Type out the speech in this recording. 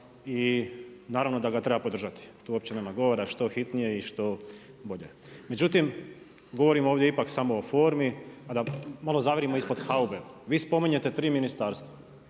i naravno da ga treba podržati, tu uopće nema govora što hitnije i što bolje. Međutim govorimo ovdje ipak samo o formi, pa da malo zavrimo malo ispod haube. Vi spominjete tri ministarstva